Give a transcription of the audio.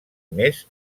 més